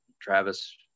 Travis